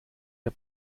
der